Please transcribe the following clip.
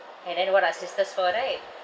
and then what are sisters for right